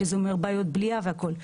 שזה אומר בעיות בליעה והכול.